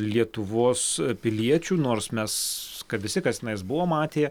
lietuvos piliečių nors mes visi kas tenais buvo matė